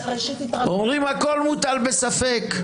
אומרים: הכול מוטל בספק.